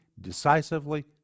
decisively